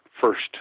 first